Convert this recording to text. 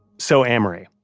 so amory,